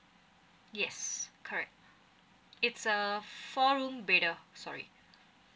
yes correct it's uh four room bedded sorry